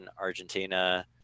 argentina